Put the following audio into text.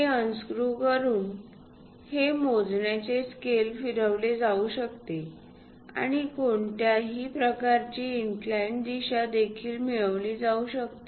हे अनक्रूव्ह करून हे मोजण्याचे स्केल फिरवले जाऊ शकते आणि कोणत्याही प्रकारची इन्कलाईन्ड दिशा देखील मिळवली जाऊ शकते